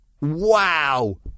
Wow